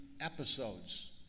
episodes